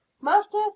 master